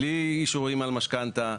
בלי אישורים על משכנתא.